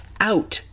out